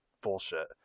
bullshit